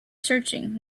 searching